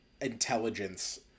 intelligence